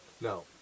No